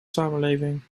samenleving